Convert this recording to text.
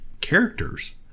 characters